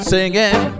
Singing